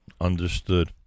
Understood